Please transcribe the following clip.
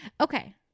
okay